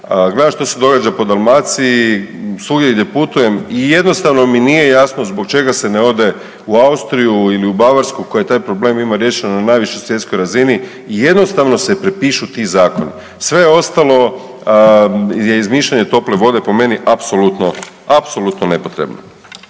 Gledam što se događa po Dalmaciji. Svugdje gdje putujem i jednostavno mi nije jasno zbog čega se ne ode u Austriju ili u Bavarsku koja taj problem ima riješen na najvišoj svjetskoj razini i jednostavno se prepišu ti zakoni. Sve ostalo je izmišljanje tople vode po meni apsolutno, apsolutno nepotrebno.